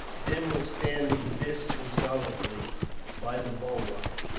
tim was standing disconsolately by the bulwark,